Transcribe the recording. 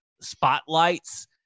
spotlights